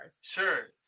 Sure